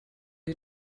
die